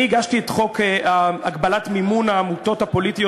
אני הגשתי את חוק הגבלת מימון העמותות הפוליטיות